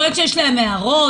יכול להיות שיש להם הסתייגויות.